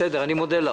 בסדר, אני מודה לך.